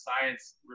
science